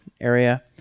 area